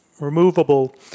Removable